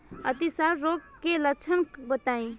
अतिसार रोग के लक्षण बताई?